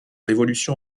l’évolution